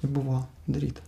buvo daryta